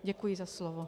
Děkuji za slovo.